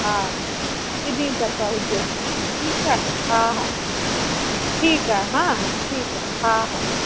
हा ॿिन्हीं तरिफ़ां हुजे ठीकु आहे हा हा ठीकु आहे हा ठीकु आहे हा हा